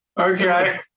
Okay